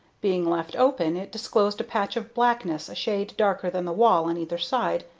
being left open, it disclosed a patch of blackness a shade darker than the wall on either side,